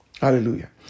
Hallelujah